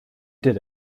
did